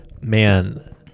Man